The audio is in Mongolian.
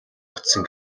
очсон